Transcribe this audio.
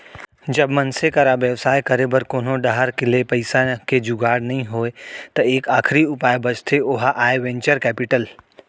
जब मनसे करा बेवसाय करे बर कोनो डाहर ले पइसा के जुगाड़ नइ होय त एक आखरी उपाय बचथे ओहा आय वेंचर कैपिटल